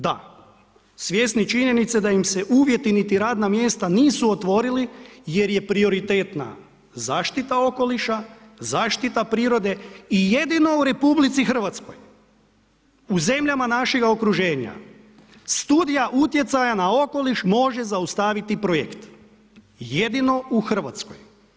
Da, svjesni činjenica da im se uvjeti niti radna mjesta nisu otvorili jer je prioritetna zaštita okoliša, zaštita prirode i jedino u RH u zemljama našega okruženja Studija utjecaja na okoliš može zaustaviti projekt, jedino u Hrvatskoj.